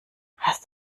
hast